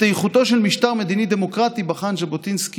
את איכותו של משטר מדיני דמוקרטי בחן ז'בוטינסקי